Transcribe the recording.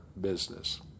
Business